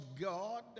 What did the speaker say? God